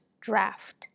draft